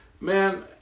Man